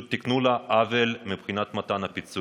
פשוט תיקנו לה עוול מבחינת מתן הפיצויים.